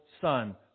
son